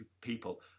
people